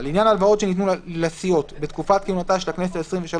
(4)לעניין הלוואות שניתנו לסיעות בתקופת כהונתה של הכנסת העשרים ושלוש